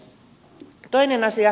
toinen asia